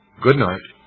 good night,